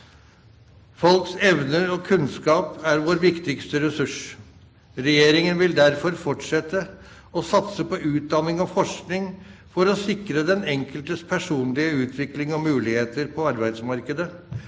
Folks evner og kunnskap er vår viktigste ressurs. Regjeringen vil derfor fortsette å satse på utdanning og forskning for å sikre den enkeltes personlige utvikling og muligheter på arbeidsmarkedet,